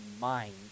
mind